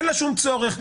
אין בה שום צורך.